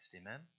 Amen